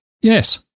Yes